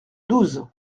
douze